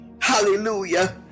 hallelujah